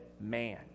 man